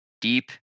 deep